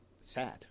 Sad